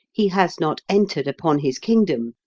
he has not entered upon his kingdom,